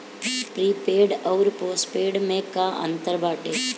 Prepaid अउर postpaid में का अंतर बाटे?